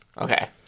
Okay